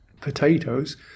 potatoes